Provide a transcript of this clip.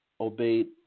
obeyed